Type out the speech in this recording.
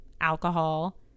alcohol